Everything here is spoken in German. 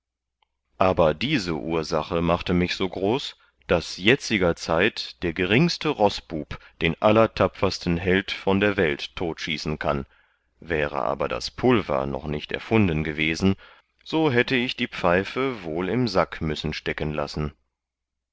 aber diese ursache machte mich so groß daß jetziger zeit der geringste roßbub den allertapfersten held von der welt totschießen kann wäre aber das pulver noch nicht erfunden gewesen so hätte ich die pfeife wohl im sack müssen stecken lassen